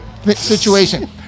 Situation